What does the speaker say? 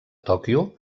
tòquio